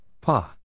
Pa